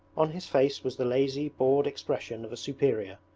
on his face was the lazy, bored expression of a superior,